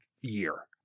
year